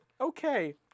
Okay